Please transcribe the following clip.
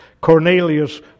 Cornelius